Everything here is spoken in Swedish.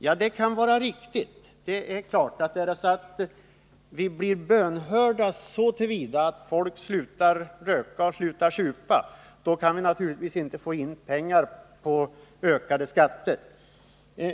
Ja, det kan ju vara riktigt; det är klart att om vi blir bönhörda så till vida att folk slutar upp att röka och att supa, så kan staten naturligtvis inte få in några pengar på ökade skatter.